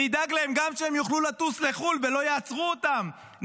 נדאג להם גם שהם יוכלו לטוס לחו"ל ולא יעצרו אותם,